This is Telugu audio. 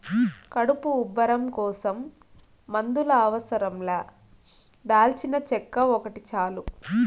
కడుపు ఉబ్బరం కోసం మందుల అవసరం లా దాల్చినచెక్క ఒకటి చాలు